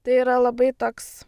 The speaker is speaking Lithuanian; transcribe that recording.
tai yra labai toks